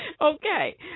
Okay